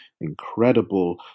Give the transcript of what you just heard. incredible